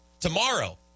Tomorrow